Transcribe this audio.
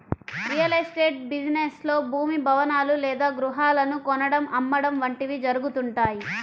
real estate business లో భూమి, భవనాలు లేదా గృహాలను కొనడం, అమ్మడం వంటివి జరుగుతుంటాయి